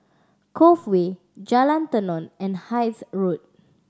Cove Way Jalan Tenon and Hythe Road